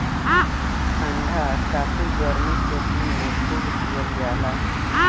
ठंडा काफी गरमी के दिन में खूब पियल जाला